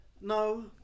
No